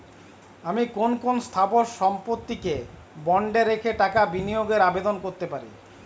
আমি কোন কোন স্থাবর সম্পত্তিকে বন্ডে রেখে টাকা বিনিয়োগের আবেদন করতে পারি?